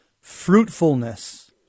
fruitfulness